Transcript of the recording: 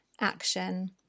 Action